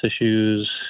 issues